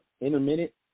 intermittent